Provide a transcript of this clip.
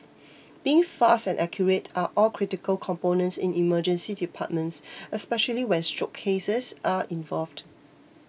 being fast and accurate are all critical components in Emergency Departments especially when stroke cases are involved